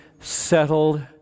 settled